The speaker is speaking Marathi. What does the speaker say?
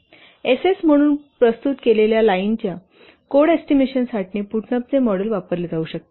Ss म्हणून प्रस्तुत केलेल्या लाईनचा कोड एस्टिमेशनसाठी पुटनमचे मॉडेल वापरले जाऊ शकते